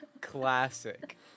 Classic